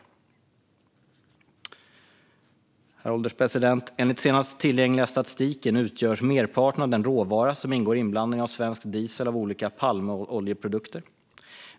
Herr ålderspresident! Enligt den senast tillgängliga statistiken utgörs merparten av den råvara som ingår i inblandningen av svensk diesel av olika palmoljeprodukter.